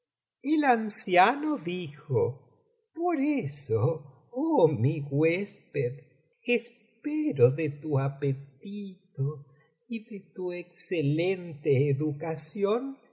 el anciano dijo por eso oh mi huésped espero de tu apetito y de tu excelente educación